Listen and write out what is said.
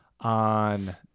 on